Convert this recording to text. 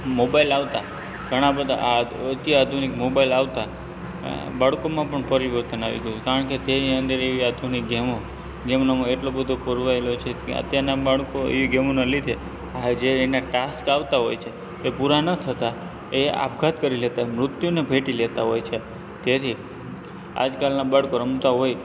mobile આવતા ઘણા બધા આ અત્યાધુનિક મોબાઇલ આવતા બાળકોમાં પણ પરિવર્તન આવી આવી ગયું કારણ કે તેની અંદર એવી આધુનિક ગેમો ગેમનામાં એટલો બધો પોરવાયેલો છે ત્યાં અત્યારનાં બાળકો એ ગેમોનાં લીધે આ જે એના ટાસ્ક આવતાં હોય છે એ પૂરાં ન થતાં એ આપઘાત કરી લેતાં મૃત્યુને ભેટી લેતાં હોય છે ત્યારે આજકાલના બાળકો રમતાં હોય